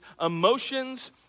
emotions